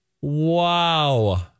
Wow